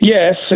Yes